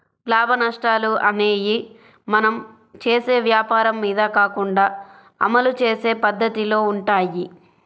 లాభనష్టాలు అనేయ్యి మనం చేసే వ్వాపారం మీద కాకుండా అమలు చేసే పద్దతిలో వుంటయ్యి